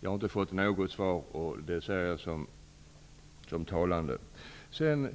Jag har inte fått något svar från statsrådet, och den tystnaden betraktar jag som